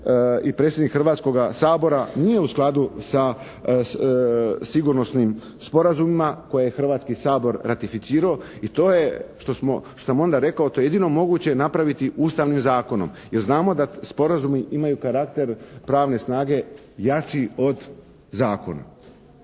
i predsjednik Hrvatskoga sabora nije u skladu sa sigurnosnim sporazumima koje je Hrvatski sabor ratificirao. I to je što sam onda rekao, to je jedino moguće napraviti Ustavnim zakonom, jer znamo da sporazumi imaju karakter pravne snage jači od zakona.